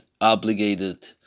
obligated